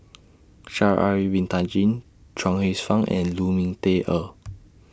Sha'Ari Bin Tadin Chuang Hsueh Fang and Lu Ming Teh Earl